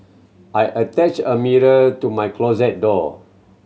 I attach a mirror to my closet door